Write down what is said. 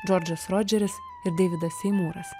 džordžas rodžeris ir deividas seimūras